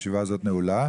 ישיבה זאת נעולה.